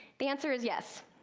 the answer is yes.